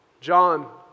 John